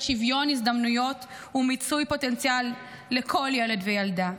שוויון הזדמנויות ומיצוי פוטנציאל של כל ילד וילדה.